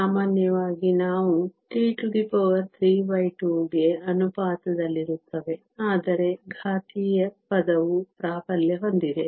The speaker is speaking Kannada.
ಸಾಮಾನ್ಯವಾಗಿ ಅವು T32 ಗೆ ಅನುಪಾತದಲ್ಲಿರುತ್ತವೆ ಆದರೆ ಘಾತೀಯ ಪದವು ಪ್ರಾಬಲ್ಯ ಹೊಂದಿದೆ